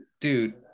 Dude